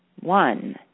one